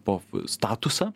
po statusą